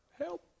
Help